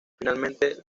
finalmente